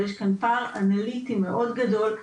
יש כאן פער אנליטי מאוד גדול.